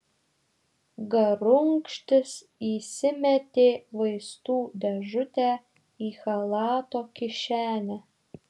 garunkštis įsimetė vaistų dėžutę į chalato kišenę